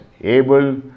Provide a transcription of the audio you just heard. able